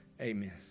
Amen